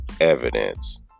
evidence